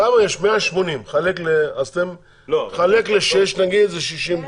כמה יש, 180, לחלק לשש, זה 30